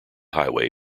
highway